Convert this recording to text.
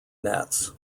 nets